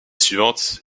suivante